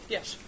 Yes